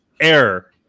Error